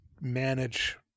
manage